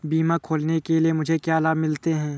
बीमा खोलने के लिए मुझे क्या लाभ मिलते हैं?